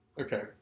Okay